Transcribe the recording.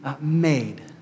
made